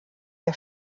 der